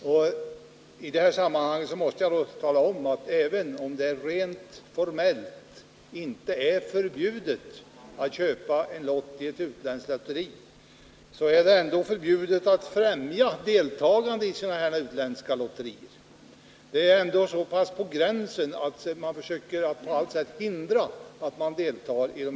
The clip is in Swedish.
R I detta sammanhang måste jag påpeka att även om det rent formellt inte är förbjudet att köpa lott i utländskt lotteri är det ändå förbjudet att främja deltagande i utländska lotterier. Man försöker på allt sätt förhindra detta.